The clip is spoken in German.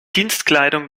dienstkleidung